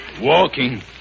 walking